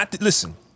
Listen